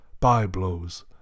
byblows